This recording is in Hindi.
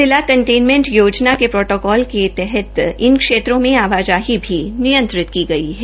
जिला कंटेनमेंट योजना के प्रोटोकॉल के तहत इन क्षेत्रों में आवाजाही भी नियंत्रित की गई है